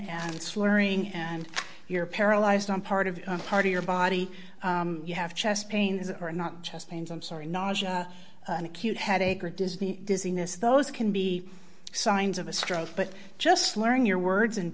and slurring and you're paralyzed on part of a part of your body you have chest pains are not just pains i'm sorry knowledge of an acute headache or disney dizziness those can be signs of a stroke but just learning your words and